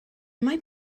mae